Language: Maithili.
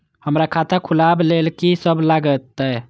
हमरा खाता खुलाबक लेल की सब लागतै?